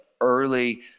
early